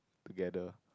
together